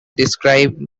describe